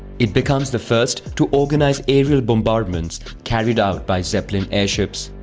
it becomes the first to organize aerial bombardments carried out by zeppelin airships.